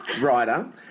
writer